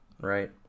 Right